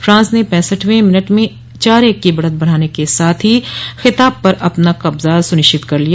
France ने पैंसठवें minute में चार एक की बढ़त बनाने के साथ ही खिताब पर अपना कब्जा सुनिश्चित कर लिया